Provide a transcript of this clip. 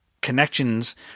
connections